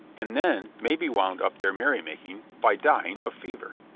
and then maybe wound up their merrymaking by dying of fever.